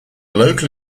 local